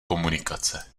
komunikace